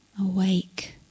awake